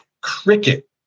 cricket